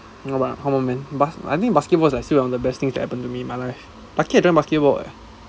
no but come on man bas~ I mean basketball is like still one the best things to happen to me in my life luckily I joined basketball eh